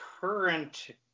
current